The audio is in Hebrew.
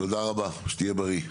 תודה רבה, שתהיה בריא.